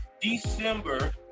December